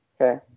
Okay